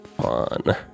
fun